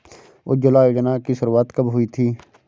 उज्ज्वला योजना की शुरुआत कब हुई थी?